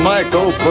Michael